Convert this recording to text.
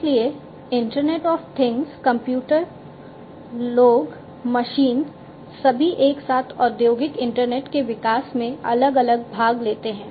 इसलिए internet of things computer लोग machine सभी एक साथ औद्योगिक इंटरनेट के विकास में अलग अलग भाग लेते हैं